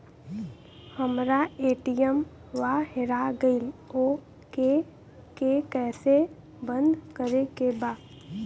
हमरा ए.टी.एम वा हेरा गइल ओ के के कैसे बंद करे के बा?